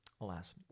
alas